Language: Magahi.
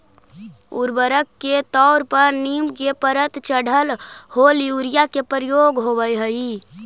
उर्वरक के तौर पर नीम के परत चढ़ल होल यूरिया के प्रयोग होवऽ हई